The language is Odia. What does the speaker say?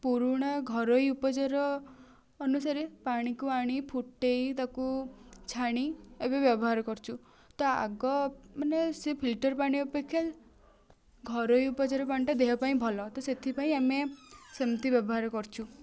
ପୁରୁଣା ଘରୋଇ ଉପଚାର ଅନୁସାରେ ପାଣିକୁ ଆଣି ଫୁଟେଇ ତାକୁ ଛାଣି ଏବେ ବ୍ୟବହାର କରୁଛୁ ତ ଆଗ ମାନେ ସେ ଫିଲ୍ଟର ପାଣି ଅପେକ୍ଷା ଘରୋଇ ଉପଚାର ପାଣିଟା ଦେହ ପାଇଁ ଭଲ ତ ସେଥିପାଇଁ ଆମେ ସେମତି ବ୍ୟବହାର କରୁଛୁ